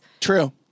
True